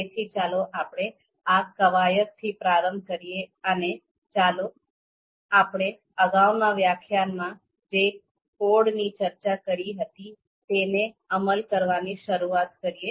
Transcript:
તેથી ચાલો આપણે આ કવાયતથી પ્રારંભ કરીએ અને ચાલો આપણે અગાઉના વ્યાખ્યાનમાં જે કોડની ચર્ચા કરી હતી તેને અમલ કરવાની શરૂઆત કરીએ